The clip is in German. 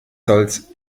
solls